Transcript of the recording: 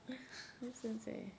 kesian seh